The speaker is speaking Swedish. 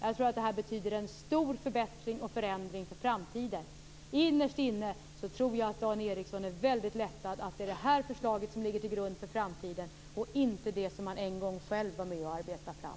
Jag tror att det här betyder en stor förändring och förbättring inför framtiden. Jag tror att Dan Ericsson innerst inne är väldigt lättad att det är det här förslaget som ligger till grund för framtiden, inte det som han en gång själv var med att arbeta fram.